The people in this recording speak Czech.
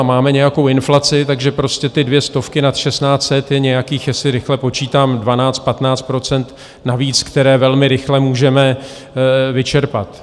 Máme nějakou inflaci, takže prostě ty dvě stovky nad 1 600 je nějakých, jestli rychle počítám, 12, 15 % navíc, které velmi rychle můžeme vyčerpat.